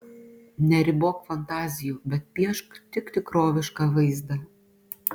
neribok fantazijų bet piešk tik tikrovišką vaizdą